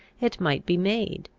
it might be made.